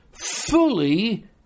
fully